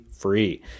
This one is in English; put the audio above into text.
free